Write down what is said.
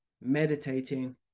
meditating